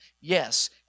yes